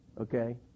Okay